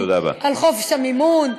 על חופש המימון,